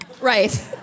Right